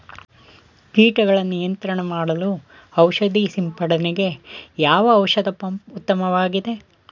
ಕೀಟಗಳ ನಿಯಂತ್ರಣ ಮಾಡಲು ಔಷಧಿ ಸಿಂಪಡಣೆಗೆ ಯಾವ ಔಷಧ ಪಂಪ್ ಉತ್ತಮವಾಗಿದೆ?